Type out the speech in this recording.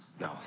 no